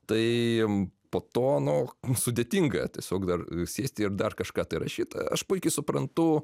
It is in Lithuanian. tai po to nu sudėtinga tiesiog dar sėsti ir dar kažką tai rašyt aš puikiai suprantu